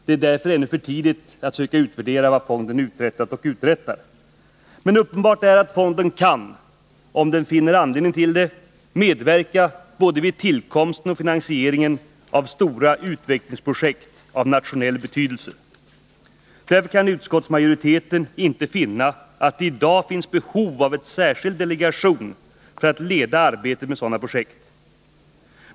Det är därför ännu för tidigt att söka utvärdera vad fonden uträttat och uträttar. Men uppenbart är att fonden kan, om man finner anledning därtill, medverka både vid tillkomsten och vid finansieringen av stora utvecklingsprojekt som är av nationell betydelse. Därför kan utskottsmajoriteten inte finna att det i dag finns behov av en särskild delegation för att leda arbetet med sådana projekt.